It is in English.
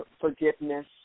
forgiveness